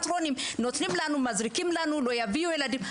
נותנים לנו, מזריקים לנו, לא יביאו ילדים.